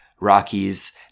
Rockies